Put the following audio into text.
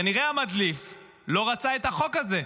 כנראה המדליף לא רצה את החוק הזה,